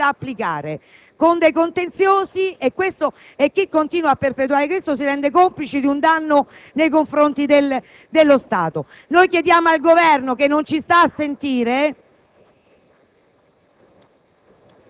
impossibile da applicare, che darà luogo a dei contenziosi, e chi continua a perpetuare ciò si rende complice di un danno nei confronti dello Stato. Noi chiediamo al Governo che non ci sta a sentire...